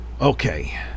Okay